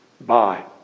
Bye